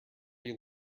you